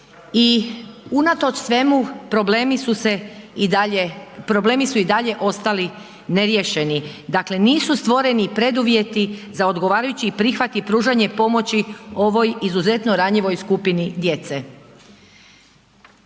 i dalje, problemi su i dalje ostali neriješeni, dakle nisu stvoreni preduvjeti za odgovarajući prihvat i pružanje pomoći ovoj izuzetno ranjivoj skupini djece.